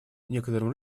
некоторым